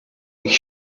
ich